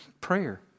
prayer